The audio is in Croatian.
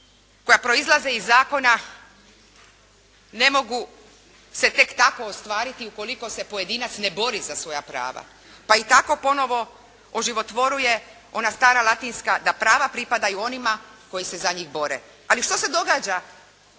koja proizlaze iz zakona ne mogu se tek tako ostvariti ukoliko se pojedinac ne bori za svoja prava, pa i tako ponovo oživotvoruje ona stara latinska da prava pripadaju onima koji se za njih bore. Ali što se događa